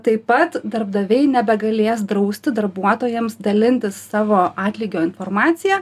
taip pat darbdaviai nebegalės drausti darbuotojams dalintis savo atlygio informacija